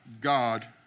God